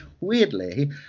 weirdly